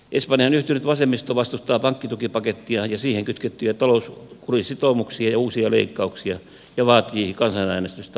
espanjan yhtynyt vasemmisto vastustaa pankkitukipakettia ja siihen kytkettyjä talouskurisitoumuksia ja uusia leikkauksia ja vaatii kansanäänestystä asiassa